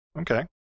Okay